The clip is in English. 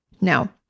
Now